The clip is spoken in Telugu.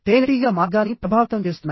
తేనెటీగల మార్గాన్ని ప్రభావితం చేస్తున్నాయి